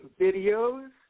videos